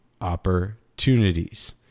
opportunities